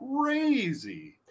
crazy